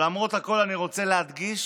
אבל למרות הכול, אני רוצה להדגיש